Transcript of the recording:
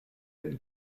have